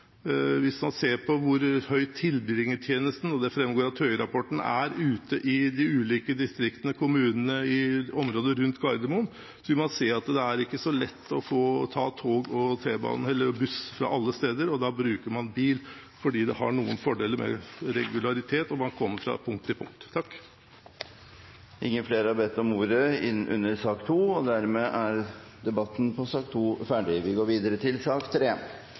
Hvis man ser på hvor høy tilbringertjenesten er – og det framgår av TØI-rapporten – ute i de ulike distriktene/kommunene i området rundt Gardermoen, vil man se at det ikke er så lett å ta tog, T-bane eller buss fra alle steder, og da bruker man bil, fordi det har noen fordeler med regularitet, og man kommer fra punkt til punkt. Flere har ikke bedt om ordet til sak